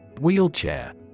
Wheelchair